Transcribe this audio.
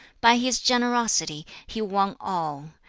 by his generosity, he won all.